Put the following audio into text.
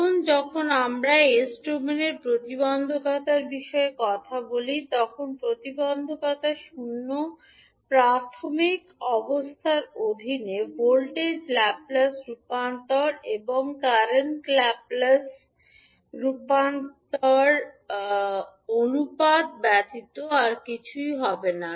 এখন যখন আমরা এস ডোমেনের প্রতিবন্ধকতার বিষয়ে কথা বলি তখন প্রতিবন্ধকতা শূন্য প্রাথমিক অবস্থার অধীনে ভোল্টেজ ল্যাপ্লেস রূপান্তর এবং কারেন্ট ল্যাপ্লেস রূপান্তর অনুপাত ব্যতীত আর কিছুই হবে না